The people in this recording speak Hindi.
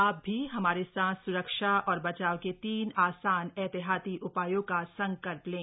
आप भी हमारे साथ स्रक्षा और बचाव के तीन आसान एहतियाती उपायों का संकल्प लें